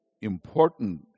important